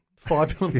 Five